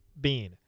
Bean